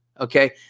Okay